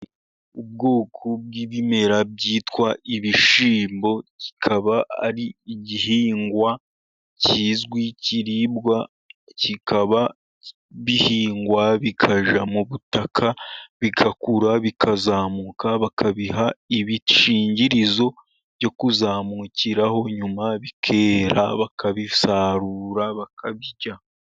Ubwoko bw'ibimera byitwa ibishimbo, kikaba ari igihingwa kizwi kiribwa, kikaba bihingwa bikajya mu butaka, bigakura bikazamuka, bakabiha ibishingirizo byo kuzamukiraho, nyuma bikera bakabisarura bakabirya.